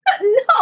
no